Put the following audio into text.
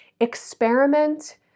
Experiment